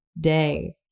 day